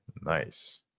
nice